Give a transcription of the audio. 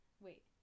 Wait